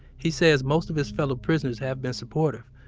he says most of his fellow prisoners have been supportive,